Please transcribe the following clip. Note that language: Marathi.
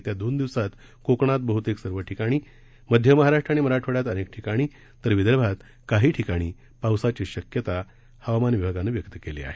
येत्या दोन दिवसात कोकणात वहुतेक सर्व ठिकाणी मध्य महाराष्ट्र आणि मराठवाड्यात अनेक ठिकाणी तर विदर्भात काही ठिकाणी पावसाची शक्यता हवामान विभागानं वर्तवली आहे